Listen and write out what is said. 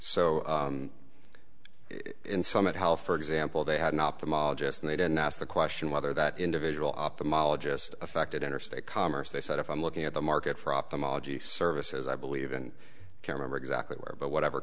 so in summit health for example they had an ophthalmologist and they didn't ask the question whether that individual ophthalmologist affected interstate commerce they said i'm looking at the market for ophthalmology services i believe and care member exactly where but whatever